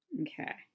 Okay